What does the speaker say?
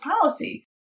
policy